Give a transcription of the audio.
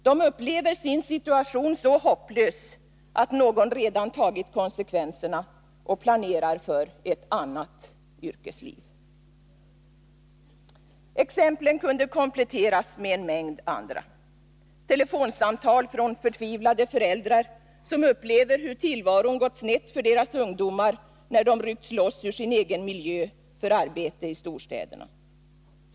De upplever sin situation så hopplös att någon redan tagit konsekvenserna och planerar för ett annat yrkesliv. Exemplen kunde kompletteras med en mängd andra, t.ex. med telefonsamtal från förtvivlade föräldrar som upplever hur tillvaron gått snett för deras ungdomar när de ryckts loss ur sin egen miljö för arbete i storstäderna.